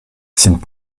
sind